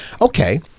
Okay